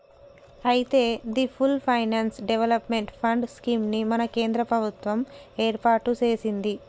అయితే the full finance development fund scheme ని మన కేంద్ర ప్రభుత్వం ఏర్పాటు సెసింది